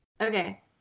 okay